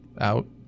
out